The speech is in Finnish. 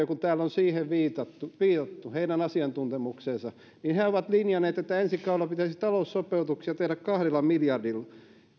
ja kun täällä on viitattu valtiovarainministeriöön heidän asiantuntemukseensa niin he ovat linjanneet että ensi kaudella pitäisi taloussopeutuksia tehdä kahdella miljardilla